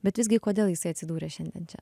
bet visgi kodėl jisai atsidūrė šiandien čia